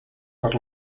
per